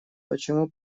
почему